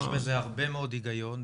יש בזה הרבה מאוד הגיון,